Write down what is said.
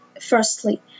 firstly